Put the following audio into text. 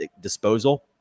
disposal